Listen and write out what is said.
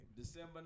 December